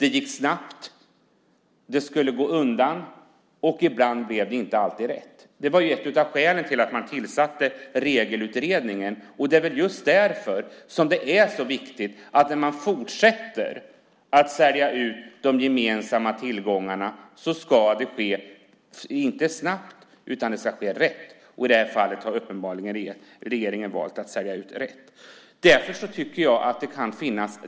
Det gick snabbt, det skulle gå undan och det blev inte alltid rätt. Det var ett av skälen till att man tillsatte Regelutredningen. Det är därför så viktigt när man fortsätter att sälja ut de gemensamma tillgångarna att det inte sker snabbt utan att det går rätt till. I det här fallet har regeringen uppenbarligen valt att sälja ut snabbt.